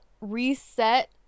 reset